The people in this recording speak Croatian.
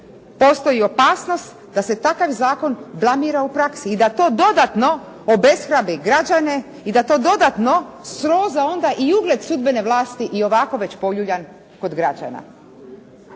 postoji opasnost da se takav zakon blamira u praksi i da to dodatno obeshrabri građane i da to dodatno sroza onda i ugled sudbene vlasti i ovako već poljuljan kod građana.